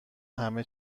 همه